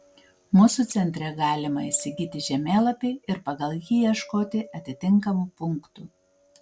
mūsų centre galima įsigyti žemėlapį ir pagal jį ieškoti atitinkamų punktų